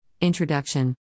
Introduction